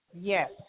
Yes